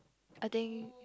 I think